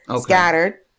Scattered